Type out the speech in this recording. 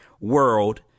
world